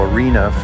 Arena